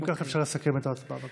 אם כך, אפשר לסכם את ההצבעה.